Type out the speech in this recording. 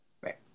Right